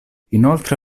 inoltre